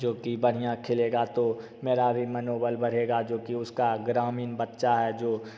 जो कि बढ़िया खेलेगा तो मेरा भी मनोबल बढ़ेगा जो कि उसका ग्रामीण बच्चा है जो